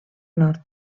nord